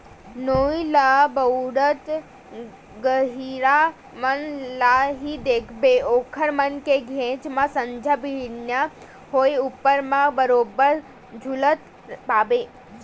नोई ल बउरत गहिरा मन ल ही देखबे ओखर मन के घेंच म संझा बिहनियां होय ऊपर म बरोबर झुलत पाबे